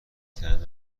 طعم